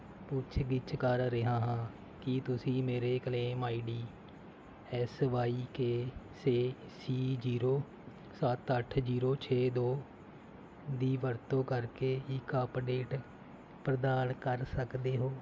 ਪੁੱਛ ਗਿੱਛ ਕਰ ਰਿਹਾ ਹਾਂ ਕੀ ਤੁਸੀਂ ਮੇਰੇ claim ID S Y K ਸੇ ਸੀ ਜ਼ੀਰੋ ਸੱਤ ਅੱਠ ਜ਼ੀਰੋ ਛੇ ਦੋ ਦੀ ਵਰਤੋਂ ਕਰਕੇ ਇੱਕ ਅੱਪਡੇਟ ਪ੍ਰਦਾਨ ਕਰ ਸਕਦੇ ਹੋ